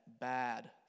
bad